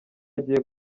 agiye